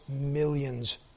millions